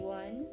one